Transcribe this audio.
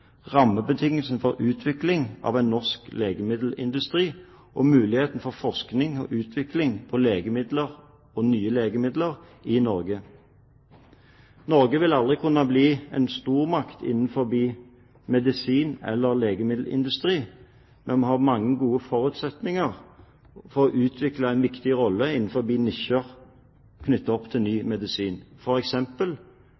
rammebetingelsene for utvikling av en norsk legemiddelindustri og muligheten for forskning og utvikling når det gjelder legemidler – og nye legemidler – i Norge. Norge vil aldri kunne bli en stormakt innenfor medisin eller legemiddelindustri, men vi har mange gode forutsetninger for å utvikle en viktig rolle innenfor nisjer knyttet opp til